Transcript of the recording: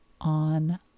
on